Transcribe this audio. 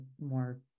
more